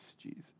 Jesus